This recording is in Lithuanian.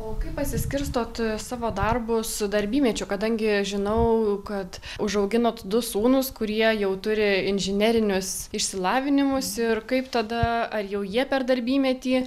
o kaip pasiskirstot savo darbus darbymečiu kadangi žinau kad užauginot du sūnūs kurie jau turi inžinerinius išsilavinimus ir kaip tada ar jau jie per darbymetį